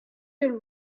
till